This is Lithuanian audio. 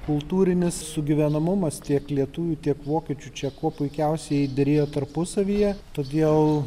kultūrinis sugyvenamumas tiek lietuvių tiek vokiečių čia kuo puikiausiai derėjo tarpusavyje todėl